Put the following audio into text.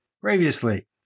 previously